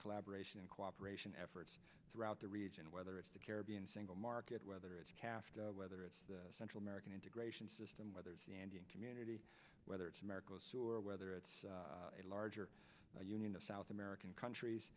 collaboration cooperation efforts throughout the region whether it's the caribbean single market whether it's caste whether it's the central american integration system whether it's the ending community whether it's america's sure whether it's a larger union of south american countries